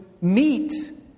meet